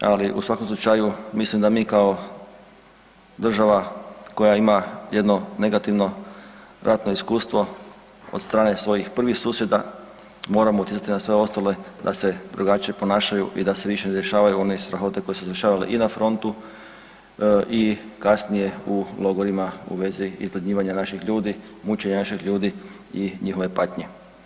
Ali u svakom slučaju mislim da mi kao država koja ima jedno negativno ratno iskustvo od strane svojih prvih susjeda moramo utjecati na sve ostale da se drugačije ponašaju i da se više ne dešavaju one strahote koje su se dešavale i na frontu i kasnije u logorima u vezi izgladnjivanja naših ljudi, mučenja naših ljudi i njihove patnje.